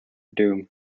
doom